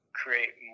create